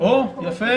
אני איתך.